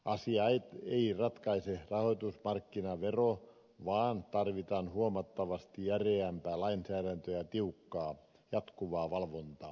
asiaa ei ratkaise rahoitusmarkkinavero vaan tarvitaan huomattavasti järeämpää lainsäädäntöä tiukkaa jatkuvaa valvontaa